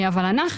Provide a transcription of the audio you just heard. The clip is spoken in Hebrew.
אבל אנחנו,